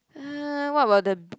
uh what about the